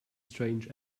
strange